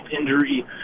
injury